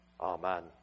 Amen